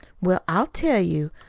well, i'll tell you.